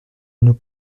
nous